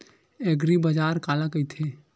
एग्रीबाजार काला कइथे?